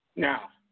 Now